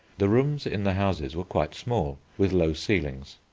the rooms in the houses were quite small, with low ceilings.